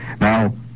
Now